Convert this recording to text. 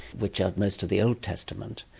which are most of the old testament.